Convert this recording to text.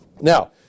Now